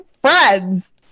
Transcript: friends